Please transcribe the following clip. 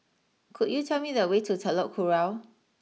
could you tell me the way to Telok Kurau